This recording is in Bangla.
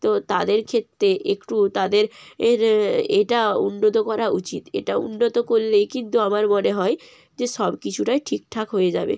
তো তাদের ক্ষেত্রে একটু তাদের এর এটা উন্নত করা উচিত এটা উন্নত করলেই কিন্তু আমার মনে হয় যে সব কিছুটাই ঠিকঠাক হয়ে যাবে